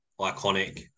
iconic